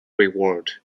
reward